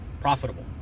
profitable